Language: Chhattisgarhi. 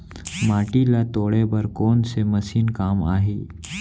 माटी ल तोड़े बर कोन से मशीन काम आही?